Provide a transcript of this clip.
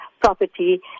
property